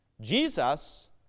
Jesus